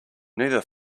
neither